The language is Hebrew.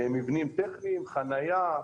מבנים טכניים, חנייה,